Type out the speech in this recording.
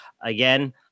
Again